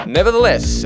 Nevertheless